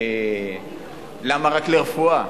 למה רק רפואה?